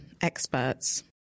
experts